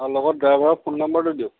আৰু লগত ড্ৰাইভাৰৰ ফোন নাম্বাৰটো দিয়ক